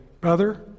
Brother